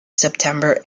september